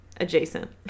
adjacent